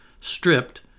stripped